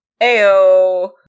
ayo